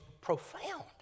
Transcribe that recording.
profound